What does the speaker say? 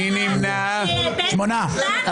לפעמים אנחנו רואים שאיל טועה, קורה.